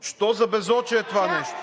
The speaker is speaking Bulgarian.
Що за безочие е това нещо,